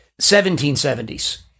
1770s